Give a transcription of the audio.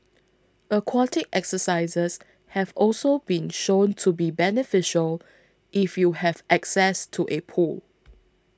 aquatic exercises have also been shown to be beneficial if you have access to a pool